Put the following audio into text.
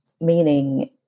meaning